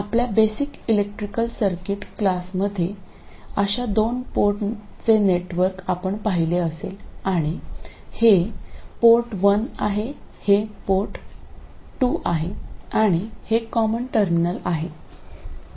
आपल्या basic electrical circuit क्लासमध्ये अशा दोन पोर्टचे नेटवर्क आपण पाहिले असेल आणि हे पोर्ट 1 हे पोर्ट 2 आहे आणि हे कॉमन टर्मिनल आहे